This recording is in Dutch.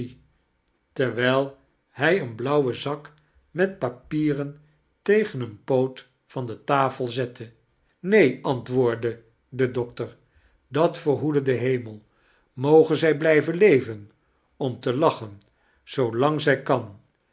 terwijl hij een blauwen zak met papieiren tegen een poot van de tafel zette neen antwoordde de doctor dat verhoede de hemel moge zij chakles dickens blijven leven om te lachen zoo lang zij kan